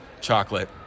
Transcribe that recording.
chocolate